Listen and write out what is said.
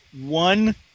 one